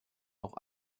auch